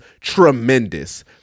tremendous